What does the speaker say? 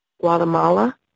Guatemala